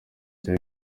cya